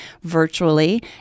virtually